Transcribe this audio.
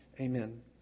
Amen